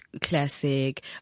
Classic